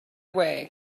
way